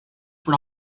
for